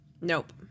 Nope